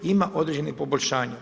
Ima određenih poboljšanja.